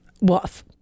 Woof